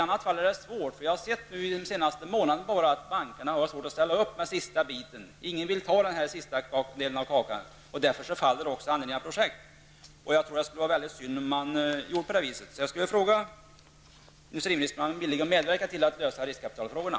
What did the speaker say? Jag har sett under de senaste månaderna att bankerna har svårt att ställa upp med sista biten. Ingen vill ta den sista delen av kakan, och då faller angelägna projekt. Jag tycker att det skulle vara synd, och därför vill jag fråga industriministern om han är villig att medverka till att lösa riskkapitalfrågorna.